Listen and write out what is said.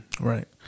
Right